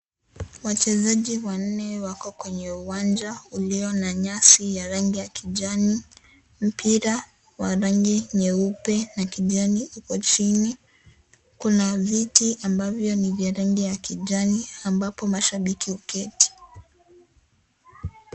Wachezaji wanne wako kwenye uwanja ulio na nyasi ya rangi ya kijani mpira wa rangi nyeupe na kijani .Huko chini kuna viti ambavyo ni vya rangi ya kijani ambapo mashabiki huketi.